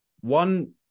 one